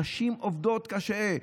נשים עובדות קשה,